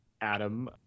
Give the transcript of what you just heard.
Adam